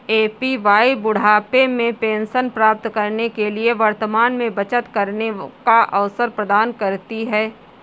APY बुढ़ापे में pension प्राप्त करने के लिए वर्तमान में बचत करने का अवसर प्रदान करती है